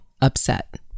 upset